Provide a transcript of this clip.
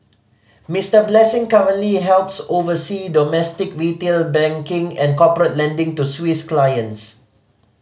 Mister Blessing currently helps oversee domestic retail banking and corporate lending to Swiss clients